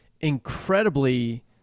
incredibly